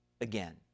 again